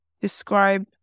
describe